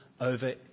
over